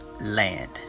land